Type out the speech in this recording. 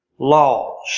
Laws